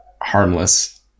harmless